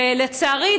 ולצערי,